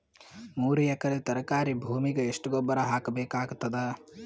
ಮೂರು ಎಕರಿ ತರಕಾರಿ ಭೂಮಿಗ ಎಷ್ಟ ಗೊಬ್ಬರ ಹಾಕ್ ಬೇಕಾಗತದ?